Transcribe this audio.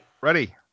ready